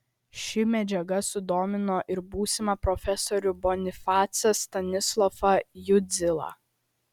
ši medžiaga sudomino ir būsimą profesorių bonifacą stanislovą jundzilą